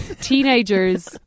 teenagers